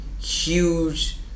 huge